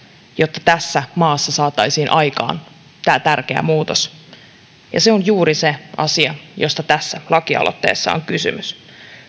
jotta tässä maassa saataisiin aikana tämä tärkeä muutos se on juuri se asia josta tässä lakialoitteessa on kysymys